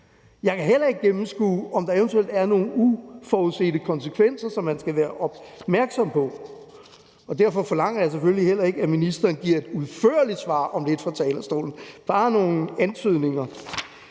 Jeg kan heller ikke gennemskue, om der eventuelt er nogle uforudsete konsekvenser, som man skal være opmærksom på. Derfor forlanger jeg selvfølgelig heller ikke, at ministeren om lidt fra talerstolen giver et udførligt